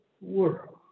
world